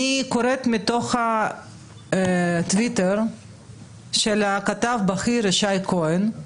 אני קוראת מתוך הטוויטר של הכתב הבכיר ישי כהן,